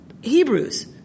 Hebrews